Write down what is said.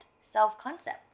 self-concept